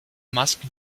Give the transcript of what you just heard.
musk